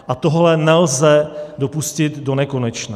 A tohle nelze dopustit donekonečna.